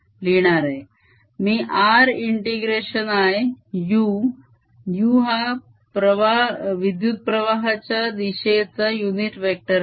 me r integration I u u हा विद्युत्प्रवाहाच्या दिशेचा युनिट वेक्टर आहे